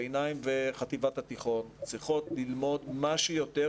ביניים וחטיבת התיכון צריכות ללמוד מה שיותר